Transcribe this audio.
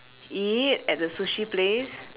eat at the sushi place